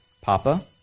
Papa